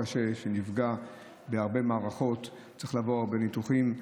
הוא נפגע בהרבה מערכות וצריך לעבור הרבה ניתוחים.